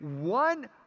one